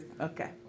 Okay